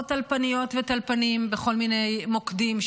או על טלפניות וטלפנים בכל מיני מוקדים,